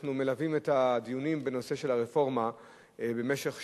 אנחנו מלווים את הדיונים בנושא הרפורמה במשך שנתיים.